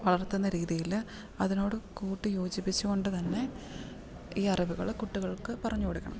വളർത്തുന്ന രീതിയിൽ അതിനോട് കൂട്ടി യോജിപ്പിച്ച് കൊണ്ട് തന്നെ ഈ അറിവുകൾ കുട്ടികൾക്ക് പറഞ്ഞു കൊടുക്കണം